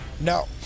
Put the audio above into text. No